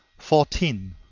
fourteen.